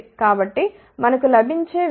కాబట్టి మనకు లభించే వ్యక్తీకరణ Z0 k 2